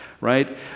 right